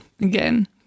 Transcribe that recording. again